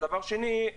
דבר שני,